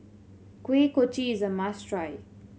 Kuih Kochi is a must try